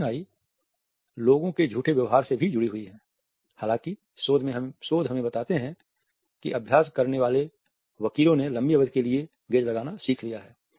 darting eyes लोगों के झूठे व्यवहार से भी जुड़ी हुई हैं हालांकि शोध हमें बताते हैं कि अभ्यास करने वाले वकीलों ने लंबी अवधि के लिए गेज़ लगाना सीख लिया है